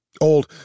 Old